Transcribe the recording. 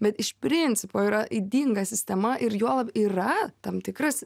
bet iš principo yra ydinga sistema ir juolab yra tam tikras